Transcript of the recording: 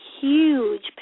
Huge